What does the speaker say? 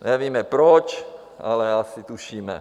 Nevíme proč, ale asi tušíme.